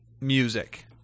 music